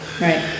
Right